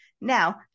Now